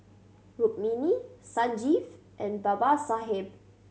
Rukmini Sanjeev and Babasaheb